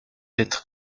être